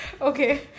Okay